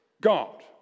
God